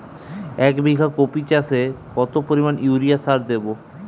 এক বিঘা কপি চাষে কত পরিমাণ ইউরিয়া সার দেবো?